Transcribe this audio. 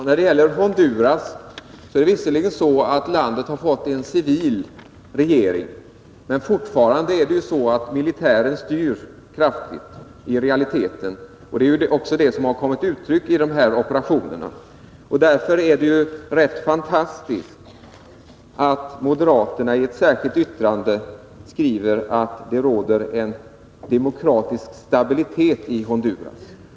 Herr talman! Honduras har visserligen fått en civil regering, men i realiteten är det fortfarande militären som styr landet. Det är det som har kommit till uttryck i de här operationerna. Därför är det rätt fantastiskt att moderaterna i ett särskilt yttrande skriver att det råder demokratisk stabilitet i Honduras.